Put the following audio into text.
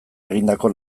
egindako